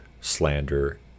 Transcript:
slander